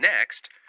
Next